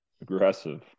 aggressive